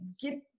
get